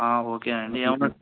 ఓకేనండి ఏమైనా